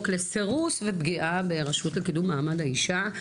לסירוס ופגיעה ברשות לקידום מעמד האישה,